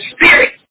spirit